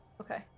Okay